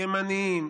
ימנים,